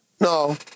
no